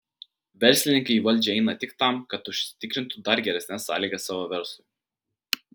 verslininkai į valdžią eina tik tam kad užsitikrintų dar geresnes sąlygas savo verslui